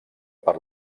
per